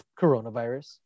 Coronavirus